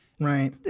Right